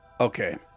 Okay